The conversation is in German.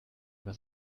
über